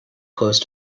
close